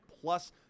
plus –